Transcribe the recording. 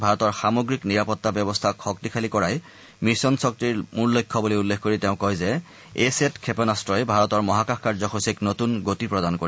ভাৰতৰ সামগ্ৰিক নিৰাপত্তা ব্যৱস্থাক শক্তিশালী কৰাই মিছন শক্তিৰ মূল লক্ষ্য বুলি উল্লেখ কৰি তেওঁ কয় যে এ চেট ক্ষেপণাস্তই ভাৰতৰ মহাকাশ কাৰ্য্যসূচীক নতুন গতি প্ৰদান কৰিব